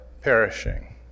perishing